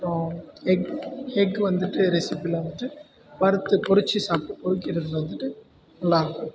அப்புறம் egg egg வந்துட்டு ரெசிப்பியில் வந்துட்டு வறுத்து பொறித்த சாப் பொறிக்கிறதில் வந்துட்டு நல்லாயிருக்கும்